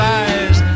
eyes